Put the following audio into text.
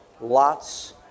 Lot's